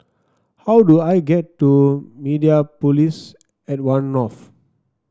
how do I get to Mediapolis at One North